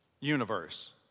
universe